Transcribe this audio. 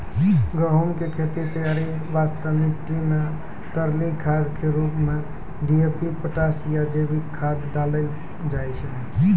गहूम के खेत तैयारी वास्ते मिट्टी मे तरली खाद के रूप मे डी.ए.पी पोटास या जैविक खाद डालल जाय छै